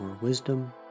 wisdom